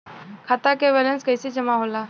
खाता के वैंलेस कइसे जमा होला?